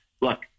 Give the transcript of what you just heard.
look